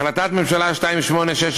החלטת ממשלה 2861,